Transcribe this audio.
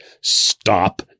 stop